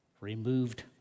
removed